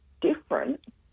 different